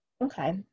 Okay